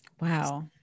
Wow